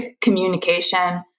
communication